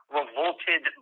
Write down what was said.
revolted